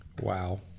Wow